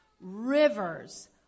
rivers